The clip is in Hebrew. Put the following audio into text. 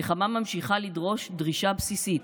נחמה ממשיכה לדרוש דרישה בסיסית,